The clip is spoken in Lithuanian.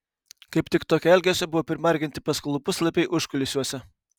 kaip tik tokio elgesio buvo primarginti paskalų puslapiai užkulisiuose